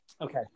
okay